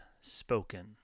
spoken